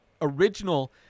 original